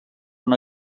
una